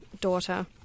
daughter